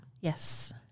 Yes